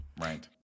Right